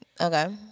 okay